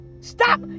Stop